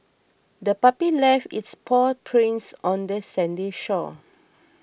the puppy left its paw prints on the sandy shore